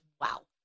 wow